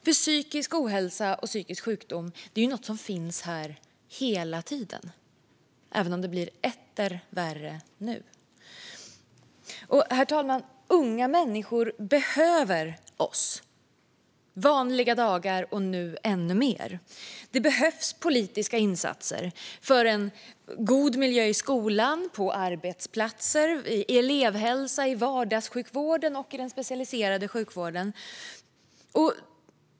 För psykisk ohälsa och psykisk sjukdom är något som finns här hela tiden, även om det blir etter värre nu. Herr talman! Unga människor behöver oss vanliga dagar och ännu mer nu. Det behövs politiska insatser för en god miljö i skolan, på arbetsplatser, i elevhälsa, i vardagssjukvården och i den specialiserade sjukvården.